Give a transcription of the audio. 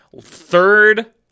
third